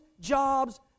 jobs